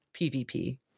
PvP